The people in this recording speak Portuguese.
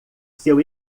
seu